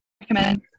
recommend